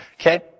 Okay